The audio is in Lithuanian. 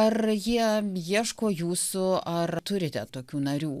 ar jie ieško jūsų ar turite tokių narių